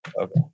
Okay